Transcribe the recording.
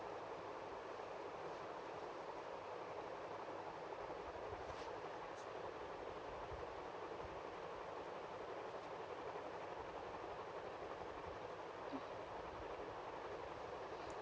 mm